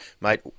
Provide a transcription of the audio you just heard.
mate